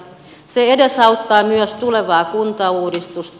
se edesauttaa myös tulevaa kuntauudistusta